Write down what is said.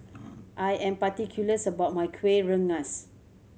I am particular about my Kueh Rengas